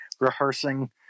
rehearsing